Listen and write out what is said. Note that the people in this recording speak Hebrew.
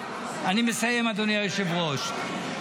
אני מסיים אדוני היושב-ראש.